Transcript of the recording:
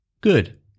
Good